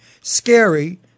scary